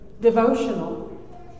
devotional